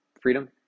Freedom